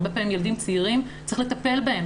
הרבה פעמים ילדים צעירים צריך לטפל בהם,